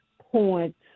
points